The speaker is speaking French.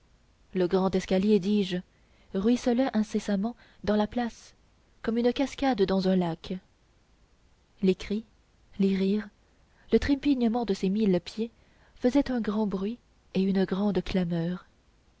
le grand escalier dis-je ruisselait incessamment dans la place comme une cascade dans un lac les cris les rires le trépignement de ces mille pieds faisaient un grand bruit et une grande clameur